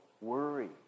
worry